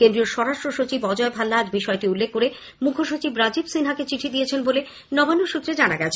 কেন্দ্রীয় স্বরাষ্ট্র সচিব অজয় ভাল্লা আজ এই বিষয়টি উল্লেখ করে মুখ্যসচিব রাজীব সিনহা কে চিঠি দিয়েছেন বলে নবান্ন সূত্রে জানা গিয়েছে